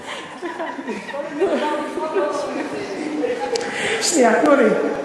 כל עוד מדובר בצחוק, שנייה, תנו לי.